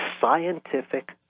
scientific